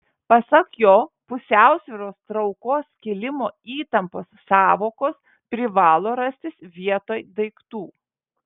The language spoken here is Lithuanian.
pasak jo pusiausvyros traukos kilimo įtampos sąvokos privalo rastis vietoj daiktų